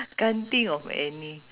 can't think of any